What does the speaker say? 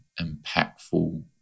impactful